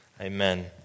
Amen